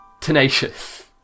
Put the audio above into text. Tenacious